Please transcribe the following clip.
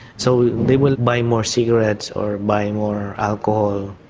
so they will buy more cigarettes or buy and more alcohol.